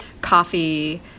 coffee